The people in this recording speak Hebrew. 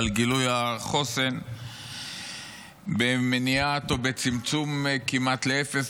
על גילוי החוסן במניעה או בצמצום כמעט לאפס,